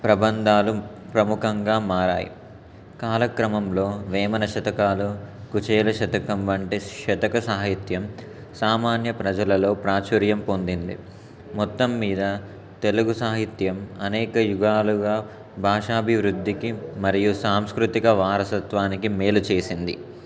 ప్రబంధాలు ప్రముఖంగా మారాయి కాలక్రమంలో వేమన శతకాలు కుచేల శతకం వంటి శతక సాహిత్యం సామాన్య ప్రజలలో ప్రాచుర్యం పొందింది మొత్తం మీద తెలుగు సాహిత్యం అనేక యుగాలుగా భాషాభివృద్ధికి మరియు సాంస్కృతిక వారసత్వానికి మేలు చేసింది